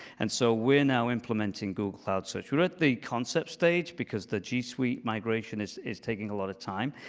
and so we're now implementing google cloud search. we are at the concept stage because the g suite migration is is taking a lot of time.